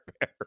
Bear